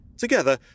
Together